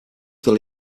their